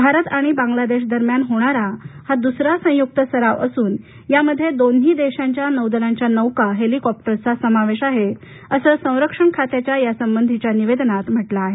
भारत आणि बांगलादेश दरम्यान होणारा हा दुसरा संयुक्त सराव असून यामध्ये दोन्ही देशांच्या नौदलांच्या नौका हेलिकॉप्टर्सचा समावेश आहे असं संरक्षण खात्याच्या यासंबंधीच्या निवेदनात म्हटलं आहे